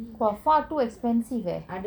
!wow! far too expensive eh